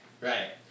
Right